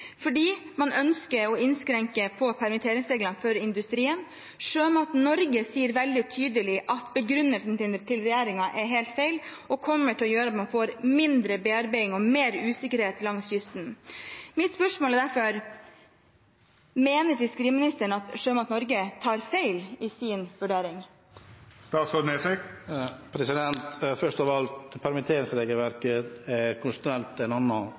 man ønsker å innskrenke i permitteringsreglene for industrien. Sjømat Norge sier veldig tydelig at begrunnelsen til regjeringen er helt feil og kommer til å gjøre at man får mindre bearbeiding og mer usikkerhet langs kysten. Mitt spørsmål er derfor: Mener fiskeriministeren at Sjømat Norge tar feil i sin vurdering? Først av alt: Permitteringsregelverket er